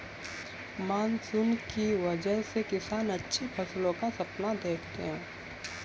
monsoon की वजह से किसान अच्छी फसल का सपना देखते हैं